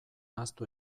ahaztu